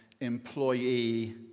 employee